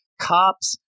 cops